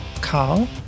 Carl